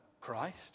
Christ